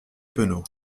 penaud